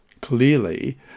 Clearly